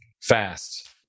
fast